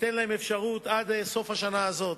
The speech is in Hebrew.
ניתן להם אפשרות עד סוף השנה הזאת,